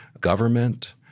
government